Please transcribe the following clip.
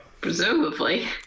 Presumably